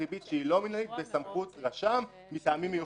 ריבית לא מינהלית בסמכות רשם מטעמים מיוחדים.